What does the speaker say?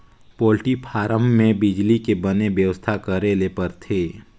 poultry farm में बिजली के बने बेवस्था करे ले परथे